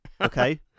okay